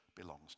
belongs